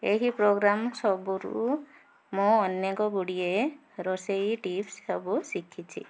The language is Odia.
ଏହି ପ୍ରୋଗ୍ରମ୍ ସବୁରୁ ମୁଁ ଅନେକଗୁଡ଼ିଏ ରୋଷେଇ ଟିପ୍ସ ସବୁ ଶିଖିଛି